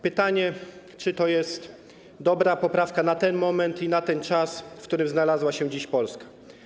Pytanie: Czy to jest dobra poprawka na ten moment, na czas, w którym znalazła się dziś Polska?